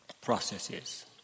processes